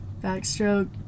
backstroke